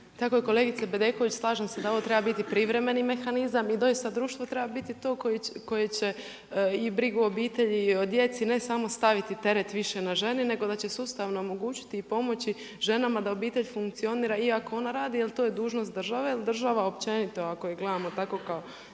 Tako je kolegice Bedeković, slažem se da ovo treba biti privremeni mehanizam i doista društvo treba biti to koje će i brigu o obitelji i odjeci, ne samo staviti teret više na ženi, nego da će sustavno omogućiti i pomoći ženama da obitelj funkcionira iako ona radi jer to je dužnost države, jer država općenito ako je gledamo tako kao